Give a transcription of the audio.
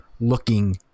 looking